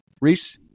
Reese